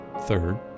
third